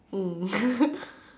mm